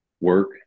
work